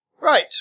Right